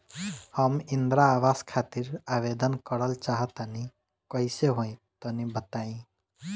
हम इंद्रा आवास खातिर आवेदन करल चाह तनि कइसे होई तनि बताई?